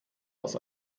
was